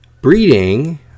Breeding